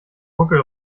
buckel